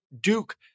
Duke